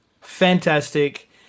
fantastic